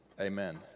Amen